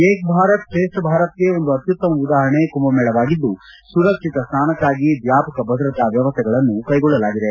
ಏಕ್ ಭಾರತ್ ಶ್ರೇಷ್ಠ ಭಾರತ್ಗೆ ಒಂದು ಅತ್ಯುತ್ತಮ ಉದಾಹರಣೆ ಕುಂಭಮೇಳವಾಗಿದ್ದು ಸುರಕ್ಷಿತ ಸ್ನಾನಕ್ತಾಗಿ ವ್ಚಾಪಕ ಭದ್ರತಾ ವ್ವವಸ್ಥೆಗಳನ್ನು ಕೈಗೊಳ್ಳಲಾಗಿದೆ